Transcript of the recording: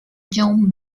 john